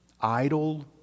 idle